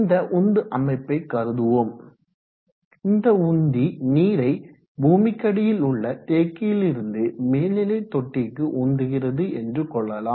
இந்த உந்து அமைப்பை கருதுவோம் இந்த உந்தி நீரை பூமிக்கடியில் உள்ள தேக்கியிலிருந்து மேல்நிலை தொட்டிக்கு உந்துகிறது என்று கொள்ளலாம்